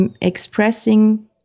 expressing